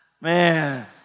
Man